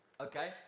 Okay